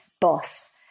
boss